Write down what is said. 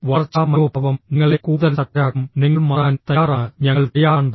വളർച്ചാ മനോഭാവം നിങ്ങളെ കൂടുതൽ ശക്തരാക്കും നിങ്ങൾ മാറാൻ തയ്യാറാണ് ഞങ്ങൾ തയ്യാറാണ്